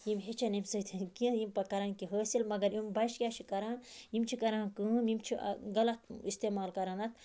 یِم ہیٚچھہٕ ہَن امہ سۭتۍ کینٛہہ یِم کَرَن کینٛہہ حٲصل مَگَر یِم بَچہِ کیاہ چھِ کَران یِم چھِ کَران کٲم یِم چھِ غَلَط اِستعمال کَران اتھ